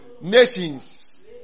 nations